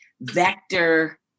vector